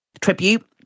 tribute